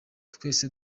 twese